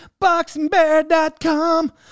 BoxingBear.com